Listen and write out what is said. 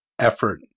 effort